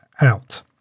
out